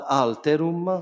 alterum